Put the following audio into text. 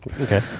Okay